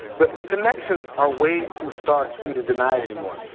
the the connections are way too stark for you to deny it anymore.